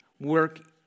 work